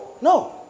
No